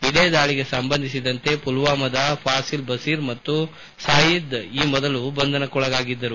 ಇದೇ ದಾಳಿಗೆ ಸಂಬಂಧಿಸಿದಂತೆ ಪುಲ್ವಾಮಾದ ಫಾಸಿಲ್ ಬಷೀರ್ ಪಿಂಚು ಮತ್ತು ಶಾಹಿದ್ ಕ್ವಯಮು ಈ ಮೊದಲು ಬಂಧಸಕ್ಕೊಳಗಾಗಿದ್ದರು